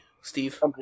Steve